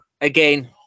again